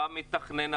אתה מתכנן,